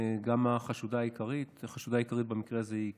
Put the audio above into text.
גם החשודה העיקרית החשודה העיקרית במקרה הזה היא קטינה.